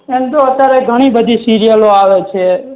એમ તો અત્યારે ઘણી બધી સિરિયલો આવે છે